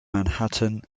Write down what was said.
manhattan